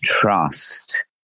trust